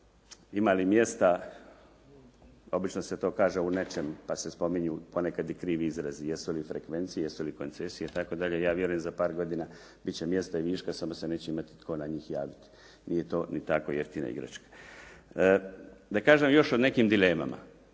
ima li mjesta obično se kaže u nečemu pa se spominju ponekad i krivi izrazi jesu li frekvencije, jesu li koncesije itd. Ja vjerujem za par godina bit će mjesta i viška, samo se neće imati tko na njih javiti. Nije to ni tako jeftina igračka. Da kažem još o nekim dilemama.